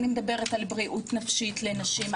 אני מדברת על בריאות נפשית לנשים,